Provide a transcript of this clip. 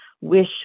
wish